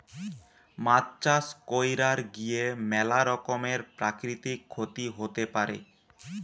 মাছ চাষ কইরার গিয়ে ম্যালা রকমের প্রাকৃতিক ক্ষতি হতে পারে